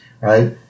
right